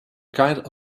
kind